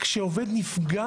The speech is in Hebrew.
כשעובד נפגע